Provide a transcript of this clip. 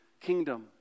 kingdom